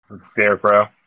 Scarecrow